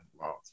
Wow